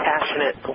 passionate